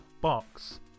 box